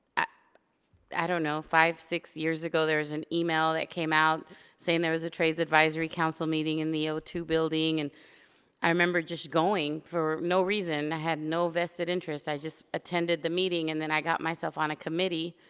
i don't know five, six years ago there was an email that came out saying there was a trades advisory council meeting in the o two building. and i remember just going for no reason. i had no vested interest, i just attended the meeting and then i got myself on a committee.